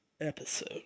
episode